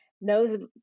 knows